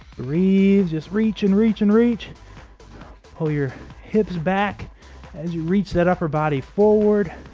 breathe just reach and reach and reach pull your hips back as you reach that upper body forward